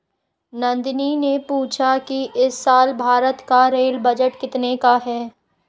नंदनी ने पूछा कि इस साल भारत का रेल बजट कितने का है?